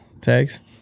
tags